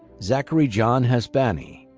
zachary john hasbany.